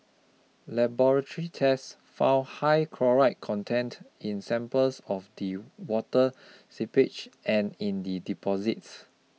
laboratory tests found high chloride content in samples of the water seepage and in the deposits